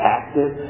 active